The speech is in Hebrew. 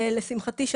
לשמחתי,